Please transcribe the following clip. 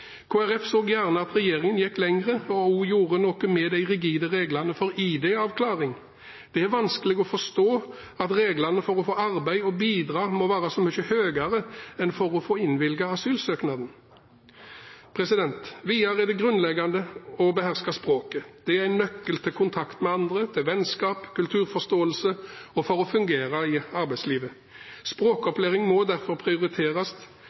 Folkeparti så gjerne at regjeringen gikk lenger og også gjorde noe med de rigide reglene for ID-avklaring. Det er vanskelig å forstå at reglene for å få arbeide og bidra må være så mye strengere enn for å få innvilget asylsøknaden. Videre er det grunnleggende å beherske språket. Det er en nøkkel til kontakt med andre, til vennskap, kulturforståelse og for å fungere i arbeidslivet. Språkopplæring må derfor prioriteres.